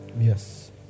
Yes